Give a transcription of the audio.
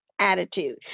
attitude